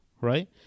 right